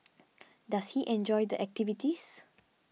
does he enjoy the activities